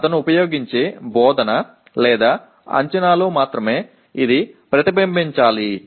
అతను ఉపయోగించే బోధన లేదా అంచనాలో మాత్రమే ఇది ప్రతిబింబించాలి